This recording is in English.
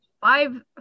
five